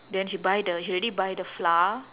then she buy the she already buy the flour